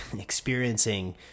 experiencing